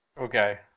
Okay